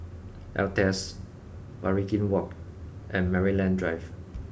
Altez Waringin Walk and Maryland Drive